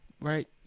right